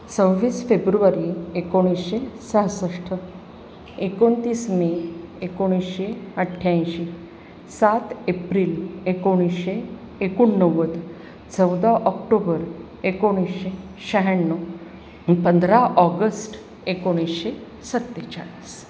सव्वीस फेब्रुवारी एकोणीसशे सहासष्ट एकोणतीस मे एकोणीसशे अठ्ठ्याऐंशी सात एप्रिल एकोणीसशे एकोणनव्वद चौदा ऑक्टोबर एकोणीसशे शह्याण्णव पंधरा ऑगस्ट एकोणीसशे सत्तेचाळीस